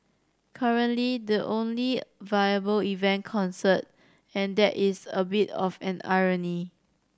currently the only viable event concerts and that is a bit of an irony